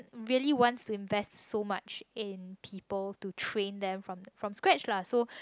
really wants to invest so much in people to train them from from grads lah so